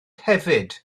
hefyd